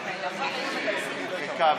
והיא נמחקה,